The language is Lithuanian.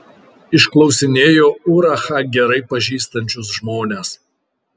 išklausinėjo urachą gerai pažįstančius žmones